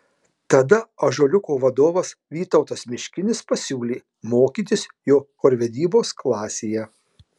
tada ąžuoliuko vadovas vytautas miškinis pasiūlė mokytis jo chorvedybos klasėje